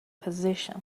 position